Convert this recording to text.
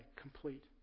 complete